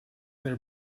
their